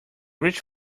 rich